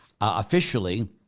Officially